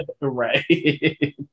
Right